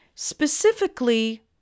Specifically